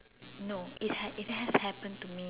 no it had it had happened to me